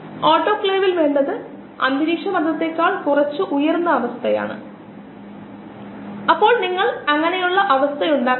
ഇപ്പോൾ നമ്മൾ ഒരു ലിമിറ്റിങ് സബ്സ്ട്രേറ്റ് എന്ന് വിളിക്കുന്ന ഒന്ന് നോക്കേണ്ടതുണ്ട് ഇപ്പോൾ നമ്മൾ ചില 23 അല്ലെങ്കിൽ 4 ആശയങ്ങൾ നോക്കുന്നു